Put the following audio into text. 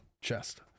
chest